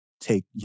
take